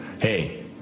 hey